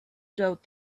doubt